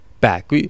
back